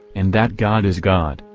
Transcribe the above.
and that god is god,